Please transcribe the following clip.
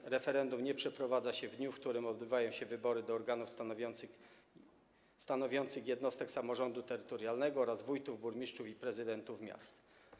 2. Referendum nie przeprowadza się w dniu, w którym odbywają się wybory do organów stanowiących jednostek samorządu terytorialnego oraz wójtów, burmistrzów i prezydentów miast.